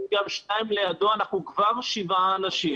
גם שניים לידו, אנחנו כבר שבעה אנשים.